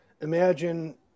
imagine